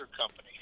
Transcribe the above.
company